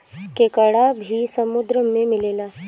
केकड़ा भी समुन्द्र में मिलेला